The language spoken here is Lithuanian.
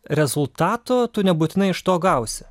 rezultato tu nebūtinai iš to gausi